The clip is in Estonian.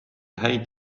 häid